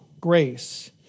grace